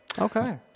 Okay